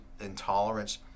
intolerance